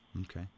Okay